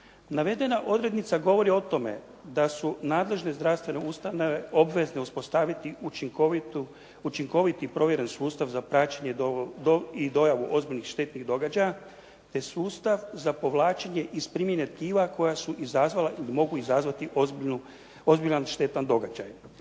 Navedena odrednica govori o tome da su nadležne zdravstvene ustanove obvezne uspostaviti učinkovit i provjeren sustav za praćenje i dojavu ozbiljnih štetnih događaja te sustav za povlačenje iz primjene tkiva koja su izazvala ili mogu izazvati ozbiljan štetan događaj.